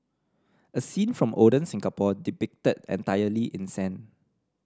a scene from olden Singapore depicted entirely in sand